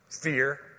Fear